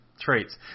traits